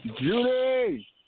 Judy